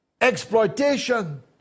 exploitation